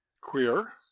queer